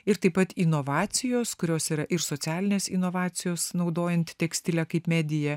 ir taip pat inovacijos kurios yra ir socialinės inovacijos naudojant tekstilę kaip mediją